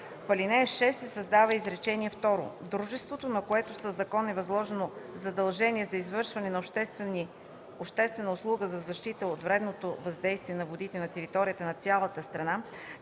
ал. 6 се създава изречение второ: „Дружеството, на което със закона е възложено задължение за извършване на обществена услуга за защита от вредното въздействие на водите на територията на цялата страна